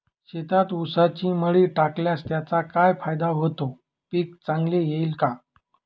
शेतात ऊसाची मळी टाकल्यास त्याचा काय फायदा होतो, पीक चांगले येईल का?